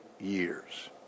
years